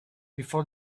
before